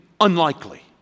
unlikely